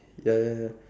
ya ya ya